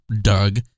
Doug